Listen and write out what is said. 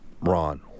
Ron